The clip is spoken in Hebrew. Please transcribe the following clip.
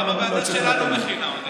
גם הוועדה שלנו מכינה.